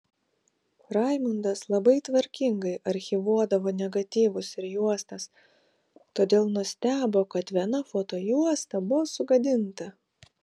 raimundas labai tvarkingai archyvuodavo negatyvus ir juostas todėl nustebo kad viena fotojuosta buvo sugadinta